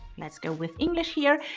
let's go with english here,